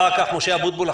אחר כך משה אבוטבול.